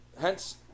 hence